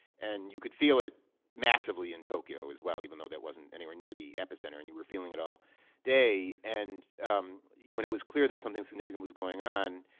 and you could feel it massively in tokyo, as well, even though that wasn't anywhere near the epicenter, and you were feeling it all day. and when it was clear that something significant was going on,